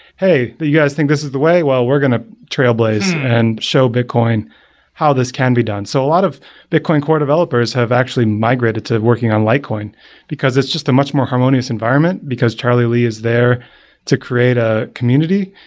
hey, you guys think this is the way? well, we're going to trail-blaze and show bitcoin how this can be done. so a lot of bitcoin core developers have actually migrated to working on litecoin because it's just a much more harmonious environment because charlie leads there to create a community,